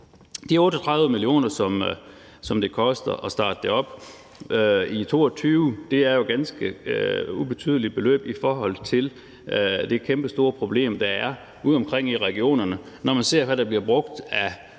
De 38 mio. kr., som det koster at starte det op i 2022, er jo et ganske ubetydeligt beløb i forhold til det kæmpestore problem, der er ude i regionerne, når man ser, hvad der bliver brugt af